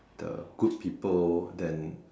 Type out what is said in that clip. the good people then